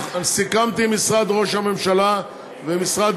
סיכמתי עם משרד ראש הממשלה ועם משרד